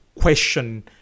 question